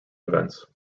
events